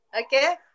Okay